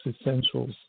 essentials